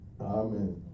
Amen